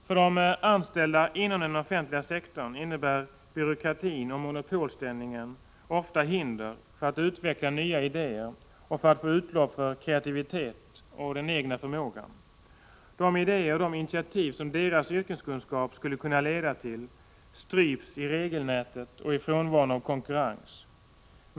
För de anställda innebär den offentliga sektorns byråkrati och monopolställning ofta hinder för att utveckla nya idéer och för att få utlopp för kreativitet och förmåga. De idéer och de initiativ som deras yrkeskunskap skulle kunna leda till stryps i regelnätet och frånvaron av konkurrens.